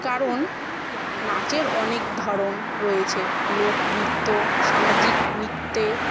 কারণ নাচের অনেক ধরণ রয়েছে লোকনৃত্য সামাজিক নৃত্যে